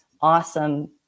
awesome